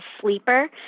sleeper